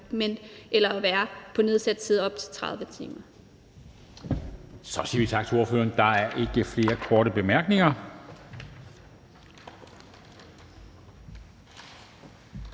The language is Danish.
og på at være der på nedsat tid i op til 30 timer.